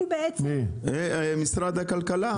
משרד הכלכלה.